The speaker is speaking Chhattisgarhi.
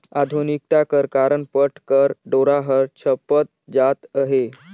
आधुनिकता कर कारन पट कर डोरा हर छपत जात अहे